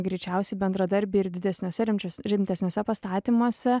greičiausiai bendradarbiai ir didesniuose rimčias rimtesniuose pastatymuose